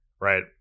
right